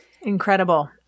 Incredible